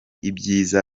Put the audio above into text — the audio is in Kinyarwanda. ibyiza